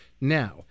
Now